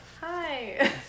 Hi